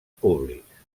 públics